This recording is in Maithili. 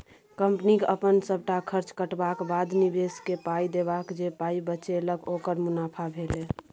कंपनीक अपन सबटा खर्च कटबाक बाद, निबेशककेँ पाइ देबाक जे पाइ बचेलक ओकर मुनाफा भेलै